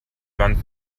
wand